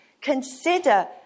Consider